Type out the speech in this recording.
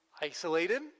isolated